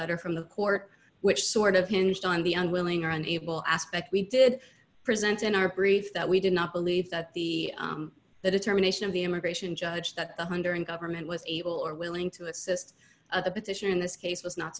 letter from the court which sort of hinged on the unwilling or unable aspect we did present in our brief that we did not believe that the the determination of the immigration judge that one hundred government was able or willing to assist the petitioner in this case was not